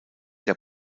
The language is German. der